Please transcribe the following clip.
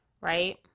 right